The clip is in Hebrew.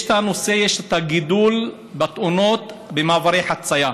יש גידול בתאונות במעברי חציה,